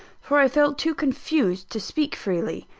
for i felt too confused to speak freely.